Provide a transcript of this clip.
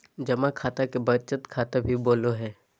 जमा खाता के बचत खाता भी बोलो हइ